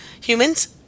humans